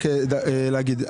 רק להגיד.